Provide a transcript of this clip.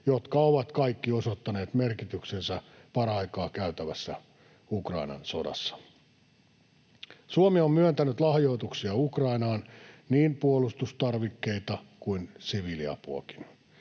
jotka ovat kaikki osoittaneet merkityksensä paraikaa käytävässä Ukrainan sodassa. Suomi on myöntänyt lahjoituksia Ukrainaan, niin puolustustarvikkeita kuin siviiliapuakin.